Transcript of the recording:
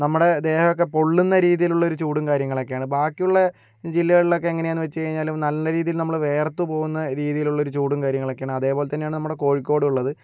നമ്മുടെ ദേഹമൊക്കെ പൊള്ളുന്ന രീതീയിലുള്ളൊരു ചൂടും കാര്യങ്ങളുമൊക്കെയാണ് ബാക്കിയുള്ള ജില്ലകൾലക്കെ എങ്ങനെയാന്ന് വച്ച് കഴിഞ്ഞാല് നല്ല രീതീല് നമ്മള് വേർത്ത് പോകുന്ന രീതിയിലുള്ളൊരു ചൂടും കാര്യങ്ങളൊക്കേണ് അതേപോലെ തന്നെയാണ് നമ്മുടെ കോഴിക്കോടുള്ളത്